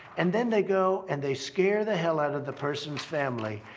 and then they go and they scare the hell out of the person's family,